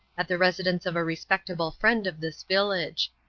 at the residence of a respectable friend of this village.